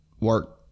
work